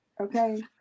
Okay